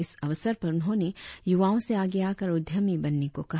इस अवसर पर उन्होंने युवाओं से आगे आकर उद्यमी बनने को कहा